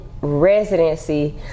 residency